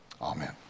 Amen